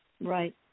Right